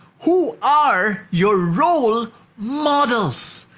who are your role models?